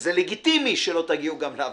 וזה לגיטימי שלא תגיעו גם להבנות,